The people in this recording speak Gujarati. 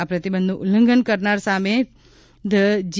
આ પ્રતિબંધનું ઉલ્લંઘન કરનાર સામે ધી જી